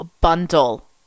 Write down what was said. bundle